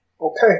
Okay